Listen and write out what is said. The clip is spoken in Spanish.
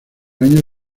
año